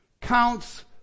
counts